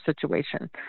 situation